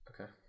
Okay